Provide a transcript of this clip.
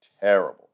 terrible